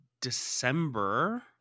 December